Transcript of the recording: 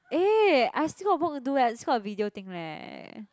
eh I still got work to do eh still got video thing leh